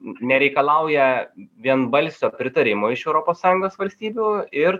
nereikalauja vienbalsio pritarimo iš europos sąjungos valstybių ir